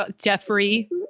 Jeffrey